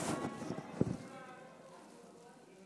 חברי הכנסת,